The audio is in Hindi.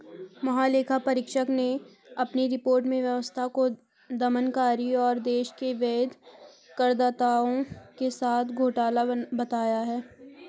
महालेखा परीक्षक ने अपनी रिपोर्ट में व्यवस्था को दमनकारी और देश के वैध करदाताओं के साथ घोटाला बताया है